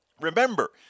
Remember